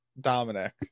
Dominic